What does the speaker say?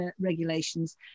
regulations